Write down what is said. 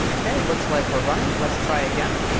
ok, looks like we're running. let's try again.